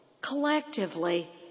collectively